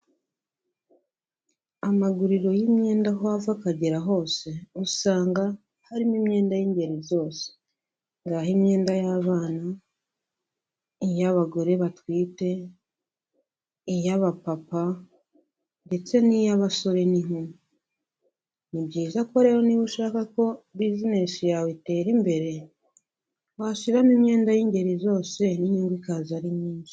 Amaguriro y'imyenda aho ava akagera hose, usanga harimo imyenda y'ingeri zose, ngaho imyenda y'abana, iy'abagore batwite, iy'abapapa, ndetse n'iy'abasore n'inkumi, ni byiza ko rero niba ushaka ko bizinesi yawe itera imbere, washiramo imyenda y'ingeri zose n'inyungu ikaza ari nyinshi